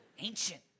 Ancient